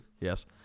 Yes